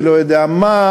ולא יודע מה,